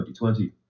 2020